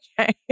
Okay